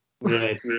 Right